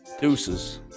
deuces